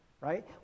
right